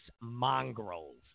mongrels